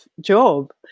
job